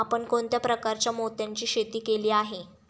आपण कोणत्या प्रकारच्या मोत्यांची शेती केली आहे?